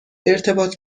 ارتباط